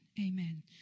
Amen